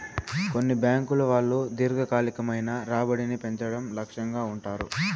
కొన్ని బ్యాంకుల వాళ్ళు దీర్ఘకాలికమైన రాబడిని పెంచడం లక్ష్యంగా ఉంటారు